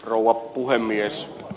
rouva puhemies